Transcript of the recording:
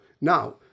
Now